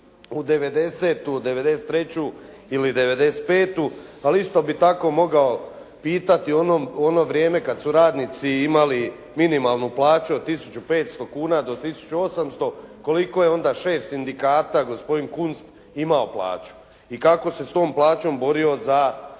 u 1990., 1993. ili 1995. ali isto bi tako mogao pitati ono vrijeme kad su radnici imali minimalnu plaću od 1500 kuna do 1800 koliko je onda šef Sindikata gospodin Kunst imao plaću i kako se s tom plaćom borio za